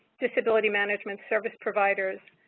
disability managed service providers,